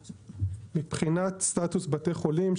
מבחינת סטטוס בתי חולים,